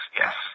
yes